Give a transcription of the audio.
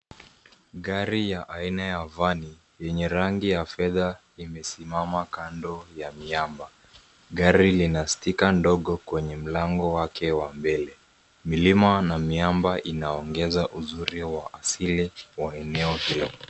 Gari ya aina ya vani, yenye rangi ya fedha limesimama kando ya miamba. Gari lina stika ndogo kwenye mlango wake wa mbele. Milima na miamba inaongeza uzuri wa asili wa eneo hilo.